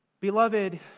Beloved